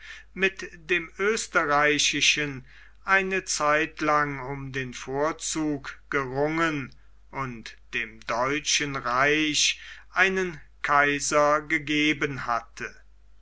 mit dem österreichischen eine zeit lang um den vorzug gerungen und dem deutschen reich einen kaiser gegeben hatte